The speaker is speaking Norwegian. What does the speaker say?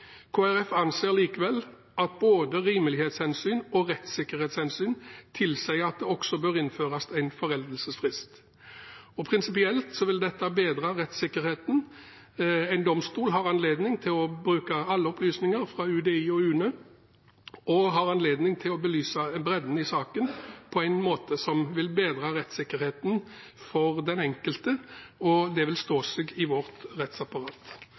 anser likevel at både rimelighetshensyn og rettssikkerhetshensyn tilsier at det også bør innføres en foreldelsesfrist. Prinsipielt sett vil dette bedre rettsikkerheten. En domstol har anledning til å bruke alle opplysninger fra UDI og UNE og har anledning til å belyse bredden i saken på en måte som vil bedre rettsikkerheten for den enkelte, og det vil stå seg i vårt rettsapparat.